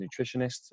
nutritionist